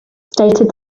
stated